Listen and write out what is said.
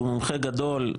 שהוא מומחה גדולה,